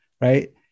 Right